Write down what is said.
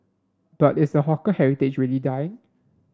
but is the hawker heritage really die